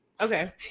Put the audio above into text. Okay